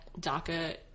daca